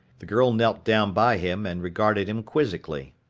the girl knelt down by him and regarded him quizically.